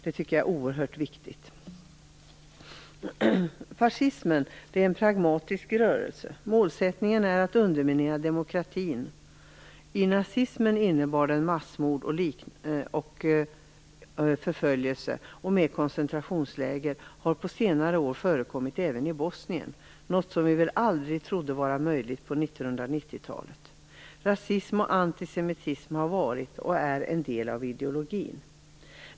Det tycker jag är oerhört viktigt. Fascismen är en pragmatisk rörelse. Målsättningen är att underminera demokratin. Inom nazismen innebar den massmord, förföljelse och koncentrationsläger. Koncentrationsläger har på senare år förekommit även i Bosnien, något som vi väl aldrig trodde var möjligt på 1990-talet. Rasism och antisemitism har varit, och är, en del av ideologin.